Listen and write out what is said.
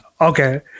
Okay